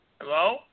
Hello